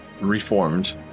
reformed